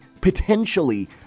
potentially